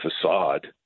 facade